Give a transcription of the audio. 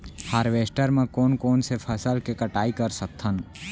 Harvester म कोन कोन से फसल के कटाई कर सकथन?